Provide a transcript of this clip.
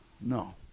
No